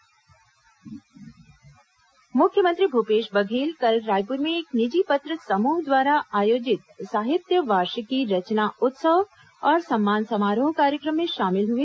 मुख्यमंत्री सम्मान मुख्यमंत्री भूपेश बघेल कल रायपुर में एक निजी पत्र समूह द्वारा आयोजित साहित्य वार्षिकी रचना उत्सव और सम्मान समारोह कार्यक्रम में शामिल हुए